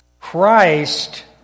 Christ